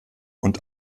und